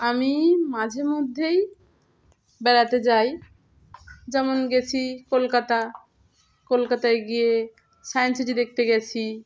আমি মাঝে মধ্যেই বেড়াতে যাই যেমন গেছি কলকাতা কলকাতায় গিয়ে সায়েন্স সিটি দেখতে গেছি